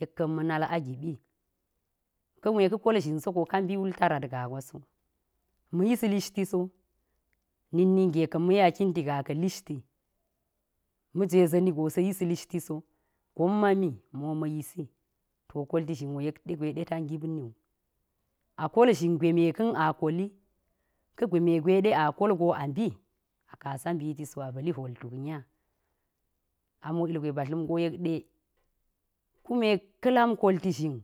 yek ka̱n ma̱ nal a giɓi, kume ka̱ kol zhin so go ka mbi wul tarat gaa gwa so, ma̱ yis lishti so, nin ka̱n ma yima kinti gaa ka̱ lishti, ma̱jwe za̱ni go sa̱ yis lishiti so, gomma mi, mo ma̱ yisi, to kolti za̱n wo yekɗe gwe ɗe ta ngip ni wu, a kol za̱n gwe me ka̱n a koli, ka̱ gwe me gwe ɗe a kol go a mbi, a kasa mbiti so, to a pa̱li hwotuk nya, ami wo ilgwe ɗe ba dla̱m go yek ɗe, kume ka̱ la̱m kolti zhin,